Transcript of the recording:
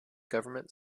government